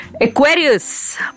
Aquarius